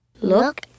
Look